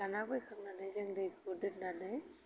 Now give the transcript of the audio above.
लाना फैखांनानै जों दैखौ दोन्नानै